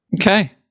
Okay